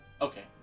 Okay